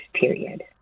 period